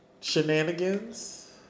shenanigans